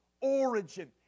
origin